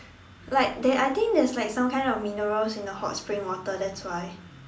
like there I think there's like some kind of minerals in the hot springs water that's why